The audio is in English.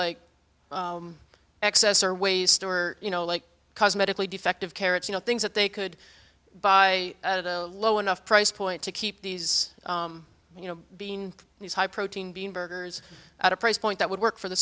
excess or ways store you know like cosmetically defective carrots you know things that they could buy at a low enough price point to keep these you know these high protein being burgers at a price point that would work for the